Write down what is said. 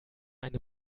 eine